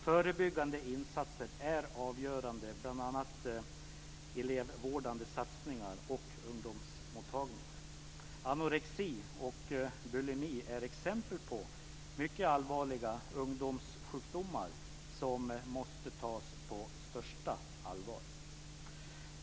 Förebyggande insatser är avgörande, bl.a. elevvårdande satsningar och ungdomsmottagningar. Anorexi och bulimi är exempel på mycket allvarliga ungdomssjukdomar som måste tas på största allvar.